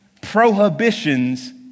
prohibitions